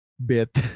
bit